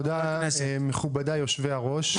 תודה מכובדי יושבי הראש.